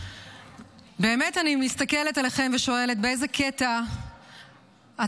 באמת אני מסתכלת עליכם ושואלת: באיזה קטע אתם